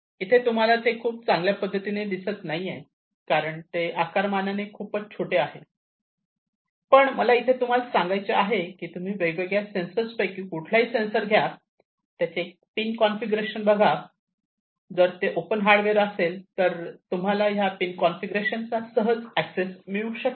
इथे तुम्हाला ते खूप चांगल्या पद्धतीने दिसत नाहीये कारण ते आकारमानाने खूपच छोटे आहे पण मला इथे तुम्हाला सांगायचे आहे कि तुम्ही या वेगवेगळ्या सेन्सर्स पैकी कुठलेही सेंसर घ्या त्याचे पिन कॉन्फिगरेशन बघा जर ते ओपन हार्डवेअर असेल तर तुम्हाला ह्या पिन कॉन्फिगरेशन चा सहज एक्सेस मिळेल